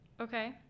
Okay